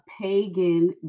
pagan